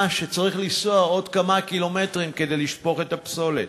שצריך לנסוע עוד כמה קילומטרים כדי לשפוך את הפסולת.